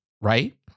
right